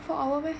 four hour meh